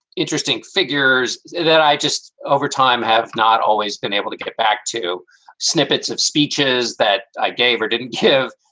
interesting figures that i just over time have not always been able to get it back to snippets of speeches that i gave or didn't give.